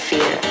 Fear